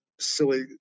silly